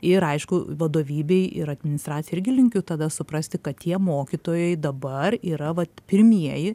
ir aišku vadovybei ir administracijai irgi linkiu tada suprasti kad tie mokytojai dabar yra vat pirmieji